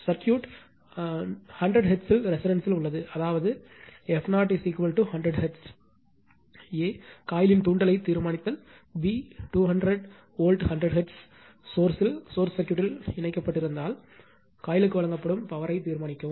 circuit 100 ஹெர்ட்ஸில் ரெசோனன்ஸ்ல் உள்ளது அதாவது f0100 ஹெர்ட்ஸ் a காயிலின் தூண்டலைத் தீர்மானித்தல் b 200 வோல்ட் 100 ஹெர்ட்ஸ் மூலத்தில் சர்க்யூட் இணைக்கப்பட்டிருந்தால் காயிலுக்கு வழங்கப்படும் பவர் யை தீர்மானிக்கவும்